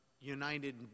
United